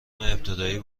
ابتدایی